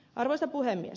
arvoisa puhemies